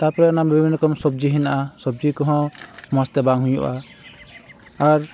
ᱛᱟᱯᱚᱨ ᱚᱱᱟ ᱵᱤᱵᱷᱤᱱᱱᱚ ᱨᱚᱠᱚᱢ ᱥᱚᱵᱽᱡᱤ ᱦᱮᱱᱟᱜᱼᱟ ᱥᱚᱵᱽᱡᱤ ᱠᱚᱦᱚᱸ ᱢᱚᱡᱽᱛᱮ ᱵᱟᱝ ᱦᱩᱭᱩᱜᱼᱟ ᱟᱨ